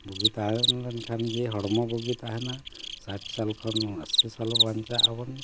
ᱵᱩᱜᱤ ᱛᱟᱦᱮᱸ ᱞᱮᱱᱠᱷᱟᱱ ᱜᱮ ᱦᱚᱲᱢᱚ ᱵᱩᱜᱤ ᱛᱟᱦᱮᱱᱟ ᱥᱟᱴ ᱥᱟᱞ ᱠᱷᱚᱱ ᱟᱹᱥᱤ ᱥᱟᱞ ᱵᱟᱧᱪᱟᱣ ᱟᱵᱚᱱ